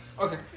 Okay